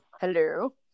Hello